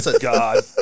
God